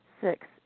Six